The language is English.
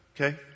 Okay